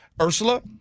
Ursula